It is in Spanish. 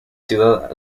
ciudad